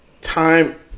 time